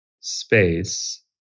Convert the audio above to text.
space